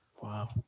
Wow